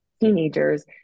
teenagers